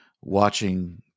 watching